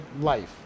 life